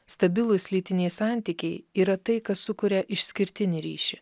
stabilūs lytiniai santykiai yra tai kas sukuria išskirtinį ryšį